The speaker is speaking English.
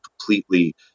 completely